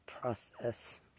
process